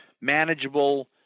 manageable